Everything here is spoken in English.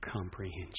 comprehension